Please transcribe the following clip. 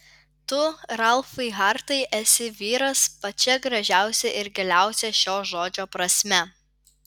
tu ralfai hartai esi vyras pačia gražiausia ir giliausia šio žodžio prasme